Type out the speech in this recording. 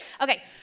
Okay